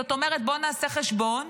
זאת אומרת בוא נעשה חשבון